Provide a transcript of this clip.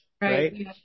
right